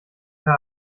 herr